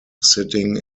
sitting